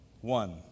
one